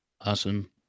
Awesome